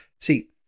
See